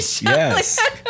Yes